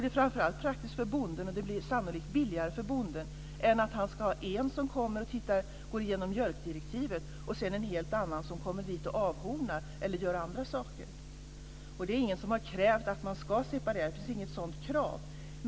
Det är framför allt praktiskt för bonden, och det blir sannolikt billigare för bonden än att någon ska komma och gå igenom mjölkdirektivet och att sedan någon helt annan ska komma dit och avhorna eller göra andra saker. Det finns inget krav på att man ska separera uppgifterna.